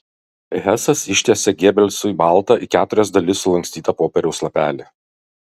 hesas ištiesė gebelsui baltą į keturias dalis sulankstytą popieriaus lapelį